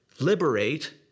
liberate